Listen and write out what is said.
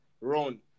run